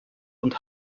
und